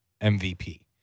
MVP